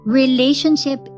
relationship